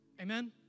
Amen